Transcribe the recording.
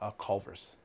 Culver's